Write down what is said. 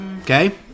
okay